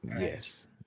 Yes